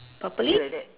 purply